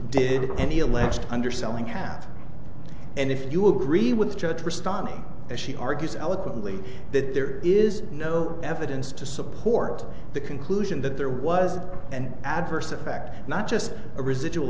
did any alleged underselling have and if you agree with judge tristan as she argues eloquently that there is no evidence to support the conclusion that there was an adverse effect not just a residual